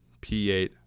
P8